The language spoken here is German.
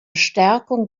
stärkung